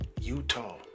Utah